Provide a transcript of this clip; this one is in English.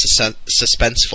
suspenseful